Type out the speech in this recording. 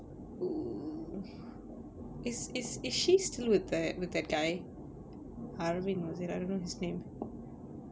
is is is she still with that with that guy arvin was it I don't know his name